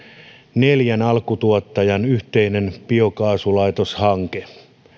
neljän alkutuottajan yhteinen biokaasulaitoshanke